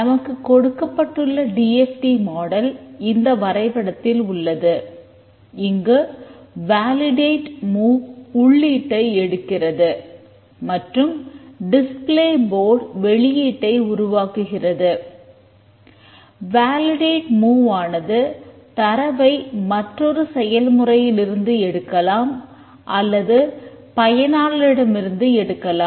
நமக்குக் கொடுக்கப்பட்டுள்ள D F D model ஆனது தரவை மற்றொரு செயல்முறையில் இருந்து எடுக்கலாம் அல்லது பயனாளரிடமிருந்து எடுக்கலாம்